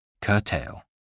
Curtail